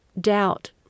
doubt